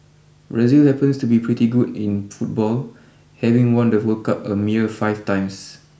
Brazil happens to be pretty good in football having won the World Cup a mere five times